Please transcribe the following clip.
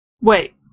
Wait